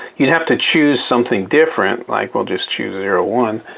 you'd have to choose something different, like we'll just choose zero one,